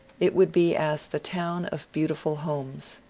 it would be as the town of beautiful homes.